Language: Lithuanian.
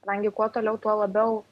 kadangi kuo toliau tuo labiau